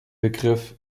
begriff